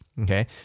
okay